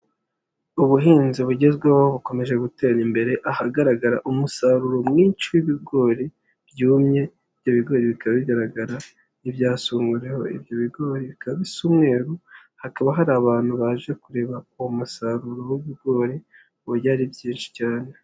Ubuhinzi bugezweho bukomeje gutera imbere ahagaragara umusaruro mwinshi w'ibigori byumye, ibyo bigori bikaba bigaragara n'ibyasaruwe, ibyo bigori bikaba bisa umweru, hakaba hari abantu baje kureba uwo musaruro w'ibigori uburyo ari byinshi cyane.